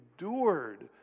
endured